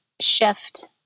shift